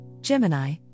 Gemini